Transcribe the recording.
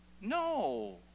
No